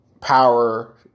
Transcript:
Power